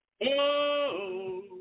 Whoa